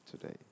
today